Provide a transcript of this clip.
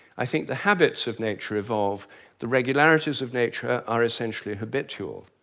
i think the habits of nature evolve the regularities of nature are essentially habitual.